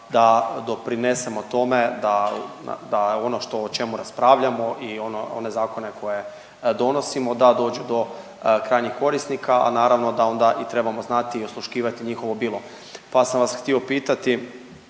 da doprinesemo tome da ono što o čemu raspravljamo i one zakone koje donosimo, da dođu do krajnjih korisnika, a naravno da onda i trebamo znati i osluškivati njihovo bilo pa sam vas htio pitati